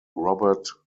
robert